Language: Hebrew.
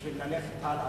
בשביל ללכת הלאה